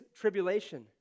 tribulation